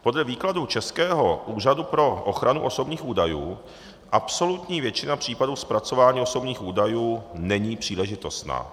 Podle výkladu českého Úřadu pro ochranu osobních údajů absolutní většina případů zpracování osobních údajů není příležitostná.